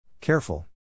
Careful